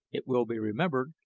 it will be remembered,